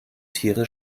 tiere